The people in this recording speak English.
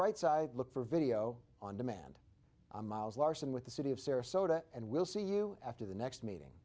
right side look for video on demand miles larsen with the city of sarasota and we'll see you after the next meeting